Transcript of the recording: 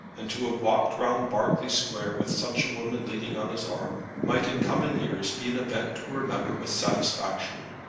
and to have walked round berkeley square with such a woman leaning on his arm, might in coming years be an event to remember with satisfaction.